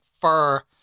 fur